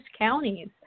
counties